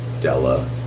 Della